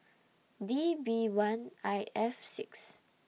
D B one I F six